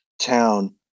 town